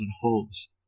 homes